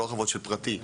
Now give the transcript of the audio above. לא הרחבות של פרטי,